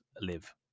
live